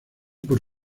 por